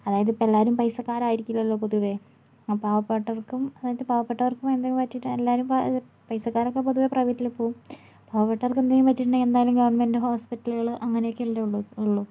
അതായത് ഇപ്പോഴെല്ലാവരും പൈസക്കാർ ആയിരിക്കില്ലല്ലോ പൊതുവെ പാവപ്പെട്ടവർക്കും അതായത് പാവപ്പെട്ടവർക്ക് എന്തെങ്കിലും പറ്റിയിട്ടാ എല്ലാവരും പാ പൈസക്കാരൊക്കെ പൊതുവെ പ്രൈവറ്റിൽ പോവും പാവപ്പെട്ടവർക്ക് എന്തേലും പറ്റിയിട്ടുണ്ടെങ്കിൽ എന്തായാലും ഗവൺമെൻ്റ് ഹോസ്പിറ്റലുകൾ അങ്ങനെയൊക്കെയല്ലെയുള്ളൂ ഉളളൂ